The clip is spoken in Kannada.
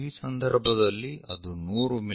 ಈ ಸಂದರ್ಭದಲ್ಲಿ ಅದು 100 ಮಿ